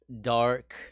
dark